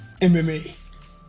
MMA